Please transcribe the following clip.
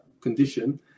condition